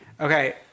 Okay